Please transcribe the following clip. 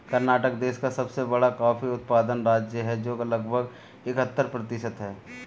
कर्नाटक देश का सबसे बड़ा कॉफी उत्पादन राज्य है, जो लगभग इकहत्तर प्रतिशत है